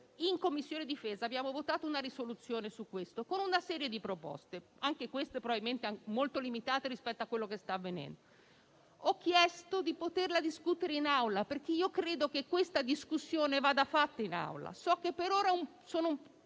in Commissione difesa abbiamo votato una risoluzione su questo, con una serie di proposte, anche se, probabilmente, molto limitate rispetto a quanto sta avvenendo. Ho chiesto di poterla discutere in Aula, perché credo che una tale discussione vada fatta in questa sede.